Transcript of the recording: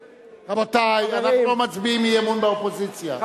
רבותי, אנחנו לא מצביעים אי-אמון באופוזיציה.